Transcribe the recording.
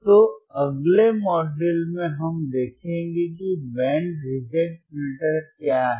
तो अगले मॉड्यूल में हम देखेंगे कि बैंड रिजेक्ट फ़िल्टर क्या है